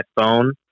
phone